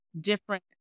different